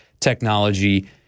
technology